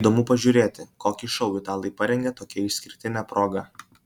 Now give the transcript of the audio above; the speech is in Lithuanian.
įdomu pažiūrėti kokį šou italai parengė tokia išskirtine proga